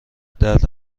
درد